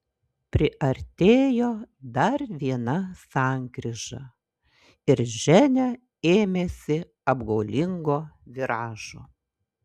priartėjo dar viena sankryža ir ženia ėmėsi apgaulingo viražo